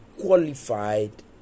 qualified